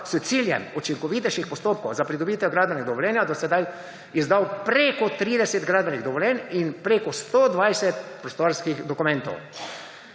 s ciljem učinkovitejših postopkov za pridobitev gradbenega dovoljenja se je do sedaj izdalo več kot 30 gradbenih dovoljenj in več kot 120 prostorskih dokumentov.